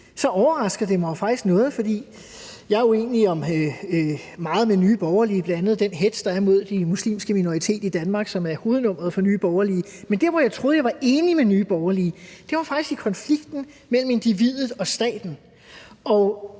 overrasker det mig jo faktisk noget, for jeg er uenig om meget med Nye Borgerlige, bl.a. den hetz, der er mod den muslimske minoritet i Danmark, som er hovednummeret for Nye Borgerlige. Men der, hvor jeg troede jeg var enig med Nye Borgerlige, var faktisk i konflikten mellem individet og staten,